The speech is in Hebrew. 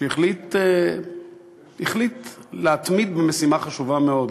שהחליט להתמיד במשימה חשובה מאוד,